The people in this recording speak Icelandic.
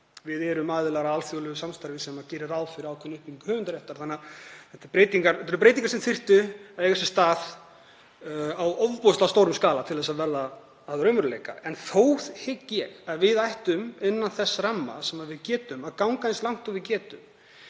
við erum aðilar að alþjóðlegu samstarfi sem gerir ráð fyrir ákveðinni uppbyggingu höfundaréttar þannig að þetta eru breytingar sem þyrftu að eiga sér stað á ofboðslega stórum skala til að verða að raunveruleika. En þó hygg ég að við ættum, innan þess ramma sem við getum, að ganga eins langt og við getum